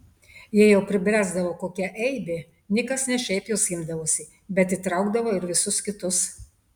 jei jau pribręsdavo kokia eibė nikas ne šiaip jos imdavosi bet įtraukdavo ir visus kitus